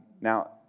Now